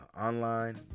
online